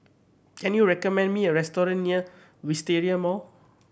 can you recommend me a restaurant near Wisteria Mall